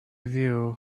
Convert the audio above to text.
view